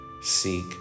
seek